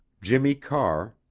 jimmy carr,